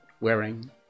wearing